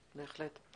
בהחלט.